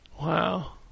Wow